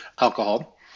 alcohol